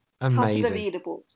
amazing